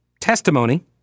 testimony